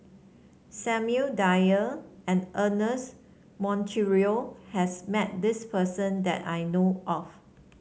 Samuel Dyer and Ernest Monteiro has met this person that I know of